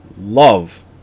love